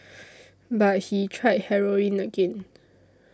but he tried heroin again